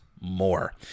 more